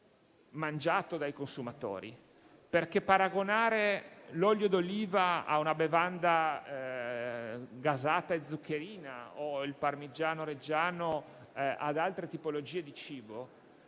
assunta dai consumatori. Paragonare l'olio d'oliva a una bevanda gasata e zuccherina o il parmigiano reggiano ad altre tipologie di cibo,